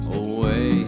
away